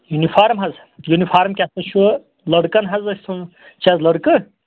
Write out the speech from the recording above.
uniform حظ uniform کیٛاہ سا چھُ لٔڑکن حظ ٲسۍ تِم شاید لڑکہٕ